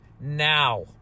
now